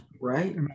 right